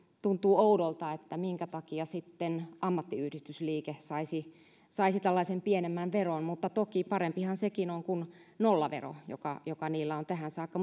tuntuu oudolta minkä takia sitten ammattiyhdistysliike saisi saisi tällaisen pienemmän veron mutta toki parempihan sekin on kuin nollavero joka joka niillä on ollut tähän saakka